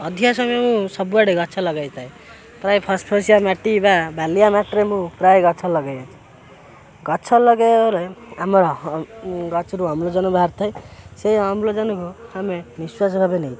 ଅଧିକା ସମୟ ମୁଁ ସବୁଆଡ଼େ ଗଛ ଲଗାଇଥାଏ ପ୍ରାୟ ଫସ ଫସିଆ ମାଟି ବାଲିଆ ମାଟିରେ ମୁଁ ପ୍ରାୟ ଗଛ ଲଗାଇଛି ଗଛ ଲଗାଇବା ବେଳେ ଆମର ଗଛରୁ ଅମ୍ଳଜାନ ବାହାରିଥାଏ ସେ ଅମ୍ଳଜାନକୁ ଆମେ ନିଶ୍ୱାସ ଭାବେ ନେଇ